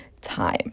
time